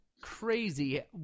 crazy